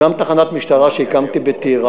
גם תחנת משטרה שהקמתי בטירה,